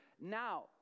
Now